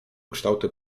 kształty